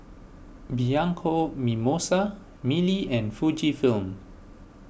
Bianco Mimosa Mili and Fujifilm